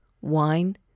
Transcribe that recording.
wine